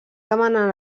demanant